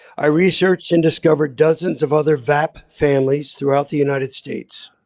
i researched and discovered dozens of other vapp families throughout the united states.